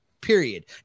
period